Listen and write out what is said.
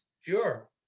Sure